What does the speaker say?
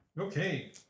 Okay